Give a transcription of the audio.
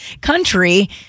country